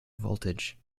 voltage